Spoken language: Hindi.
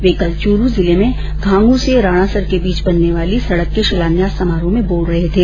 ये कल चूरू जिले में घांघू से राणासर के बीच बनने वाली सड़क के शिलान्यास समारोह में बोल रहे थे